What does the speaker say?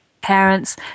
parents